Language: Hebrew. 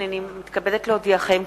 הנני מתכבדת להודיעכם,